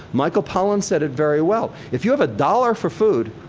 michael pollan said it very well. if you have a dollar for food,